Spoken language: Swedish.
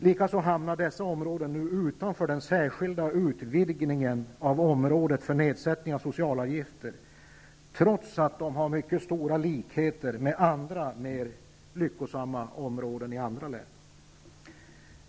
Likaså hamnade dessa områden utanför den särskilda utvidgningen av området för nedsättning av socialavgifter, trots att de har stora likheter med andra, mer lyckosamma områden i andra län.